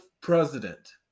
president